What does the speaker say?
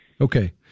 Okay